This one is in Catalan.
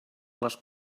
les